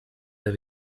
der